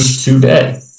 today